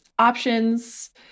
options